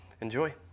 Enjoy